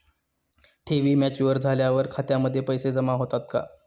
ठेवी मॅच्युअर झाल्यावर खात्यामध्ये पैसे जमा होतात का?